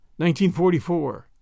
1944